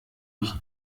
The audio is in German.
ich